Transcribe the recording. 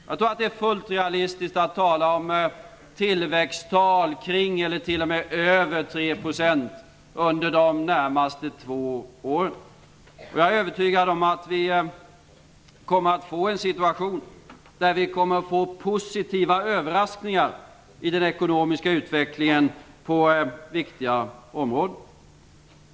Jag tror att det är fullt realistiskt att tala om tillväxttal kring eller t.o.m. över 3 % under de närmaste två åren. Jag är övertygad om att vi kommer att få en situation, där vi kommer att få positiva överraskningar i den ekonomiska utvecklingen på viktiga områden.